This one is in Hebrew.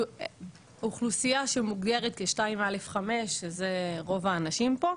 אוכלוסייה שמוגדרת כ- 2א'5 שזה רוב האנשים פה,